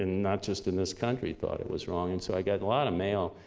and not just in this country thought it was wrong, and so, i got a lot of mail.